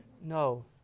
No